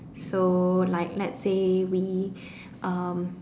so like let's say we um